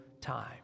time